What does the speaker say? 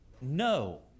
no